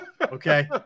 okay